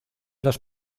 las